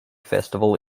festival